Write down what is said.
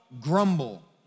grumble